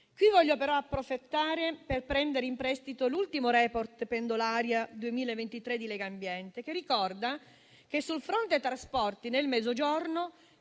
Qui voglio però approfittare e prendere in prestito l'ultimo *report* Pendolaria 2023 di Legambiente, che ricorda che sul fronte trasporti nel Mezzogiorno